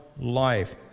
life